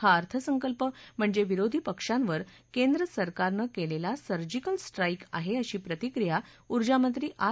हा अर्थसंकल्प म्हणजे विरोधी पक्षांवर केंद्र सरकारनं केलेला सर्जिकल स्ट्राइक आहे अशी प्रतिक्रिया ऊर्जामंत्री आर